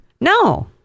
No